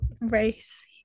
race